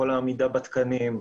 עמידה בתקנים,